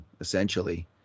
essentially